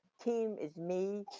team is me,